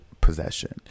possession